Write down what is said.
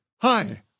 Hi